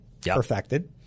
Perfected